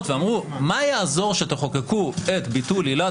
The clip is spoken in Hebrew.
ואמרו: מה יעזור שתחוקקו את ביטול עילת